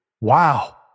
wow